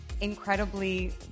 incredibly